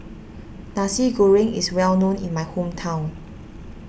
Nasi Goreng is well known in my hometown